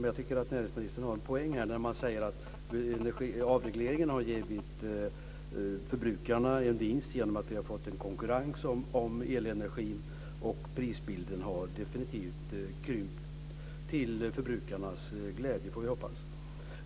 Men jag tycker att näringsministern har en poäng när han säger att avregleringen har gett förbrukarna en vinst genom att vi har fått en konkurrens om elenergin, och priset har definitivt krympt till förbrukarnas glädje får vi hoppas.